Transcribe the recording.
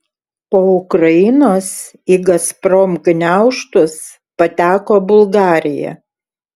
po ukrainos į gazprom gniaužtus pateko bulgarija